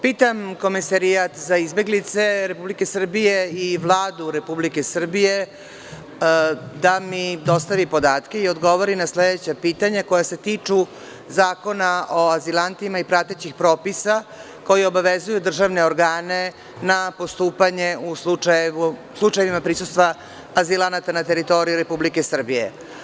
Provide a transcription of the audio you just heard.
Pitam Komesarijat za izbeglice Republike Srbije i Vladu Republike Srbije da mi dostavi podatke i odgovori na sledeća pitanja koja se tiču Zakona o azilantima i pratećih propisa, koji obavezuju državne organe na postupanje u slučajevima prisustva azilanata na teritoriji Republike Srbije.